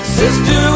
sister